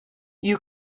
you